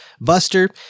Buster